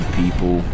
people